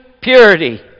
purity